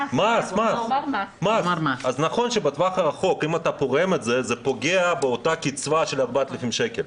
אם אתה פורם את זה אז זה פוגע באותה קצבה של 4,000 שקל,